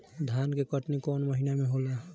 धान के कटनी कौन महीना में होला?